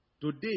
Today